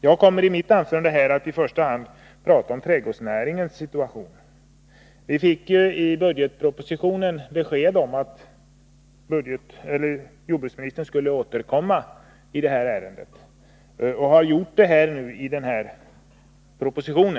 Jag skall i mitt anförande i första hand tala om trädgårdsnäringens situation. Vi fick ju i budgetpropositionen besked om att jordbruksministern skulle återkomma i det här ärendet, och han har också gjort det i föreliggande proposition.